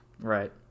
right